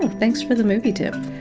thanks for the movie tip.